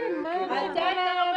-- כשאני בא